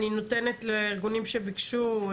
אני נותנת לארגונים שביקשו,